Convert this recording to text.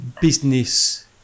business